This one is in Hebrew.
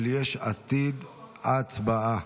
הצבעה.